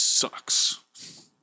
Sucks